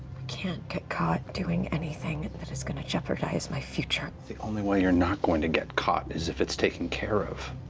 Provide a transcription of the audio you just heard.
can't get caught doing anything that is going to jeopardize my future. taliesin the only way you're not going to get caught is if it's taken care of.